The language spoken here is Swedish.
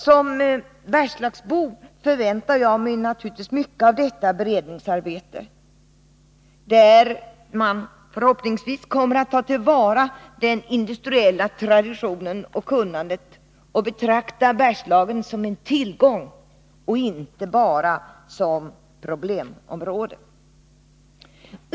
Som bergslagsbo förväntar jag mig mycket av detta beredningsarbete, där man förhoppningsvis kommer att ta till vara den industriella traditionen och kunnandet och betrakta Bergslagen som en tillgång och inte bara som problemområde.